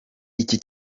iki